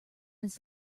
his